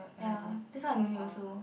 ya that's why I know him also